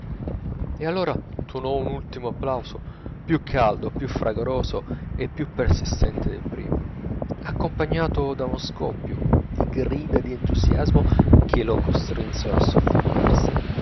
e allora tuonò un ultimo applauso più caldo più fragoroso e più persistente del primo accompagnato da uno scoppio di grida d'entusiasmo che lo costrinsero a soffermarsi